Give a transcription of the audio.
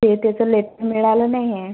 ते तेचं लेट मिळालं नाही आहे